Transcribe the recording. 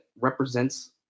represents